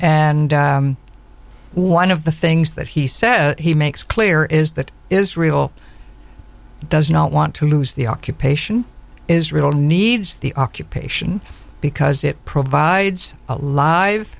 and one of the things that he said he makes clear is that israel does not want to lose the occupation israel needs the occupation because it provides